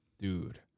Dude